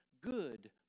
good